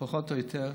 פחות או יותר.